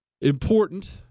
Important